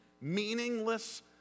meaningless